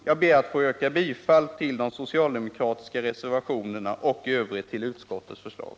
Jag ber att få yrka bifall till de socialdemokratiska reservationerna och i övrigt till utskottets hemställan.